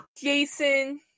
Jason